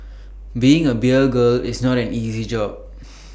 being A beer girl is not an easy job